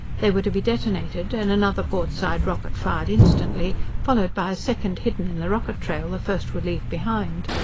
they were to be detonated and another port-side rocket fired instantly, followed by a second hidden in the rocket-trail the first would leave behind.